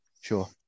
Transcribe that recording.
sure